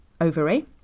ovary